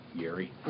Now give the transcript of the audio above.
Gary